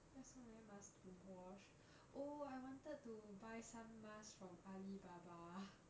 that's so many masks to wash oh I wanted to buy some masks from alibaba ha